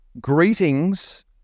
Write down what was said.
Greetings